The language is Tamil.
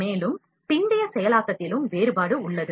மேலும் பிந்தைய செயலாக்கத்திலும் வேறுபாடு உள்ளது